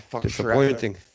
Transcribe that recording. disappointing